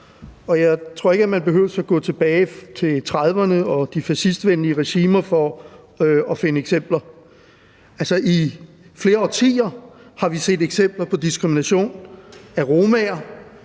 jeg tror ikke, at man behøver at gå tilbage til 1930'erne og de fascismevenlige regimer for at finde eksempler. I flere årtier har vi set eksempler på diskrimination af romaer,